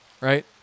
right